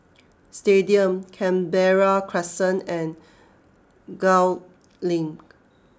stadium Canberra Crescent and Gul Link